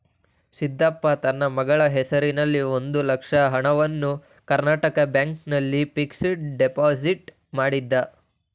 ಸಿದ್ದಪ್ಪ ತನ್ನ ಮಗಳ ಹೆಸರಿನಲ್ಲಿ ಒಂದು ಲಕ್ಷ ಹಣವನ್ನು ಕರ್ನಾಟಕ ಬ್ಯಾಂಕ್ ನಲ್ಲಿ ಫಿಕ್ಸಡ್ ಡೆಪೋಸಿಟ್ ಮಾಡಿದ